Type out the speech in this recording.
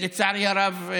לצערי הרב,